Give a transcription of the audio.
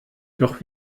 doch